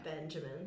benjamin